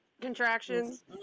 contractions